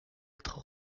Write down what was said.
être